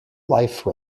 life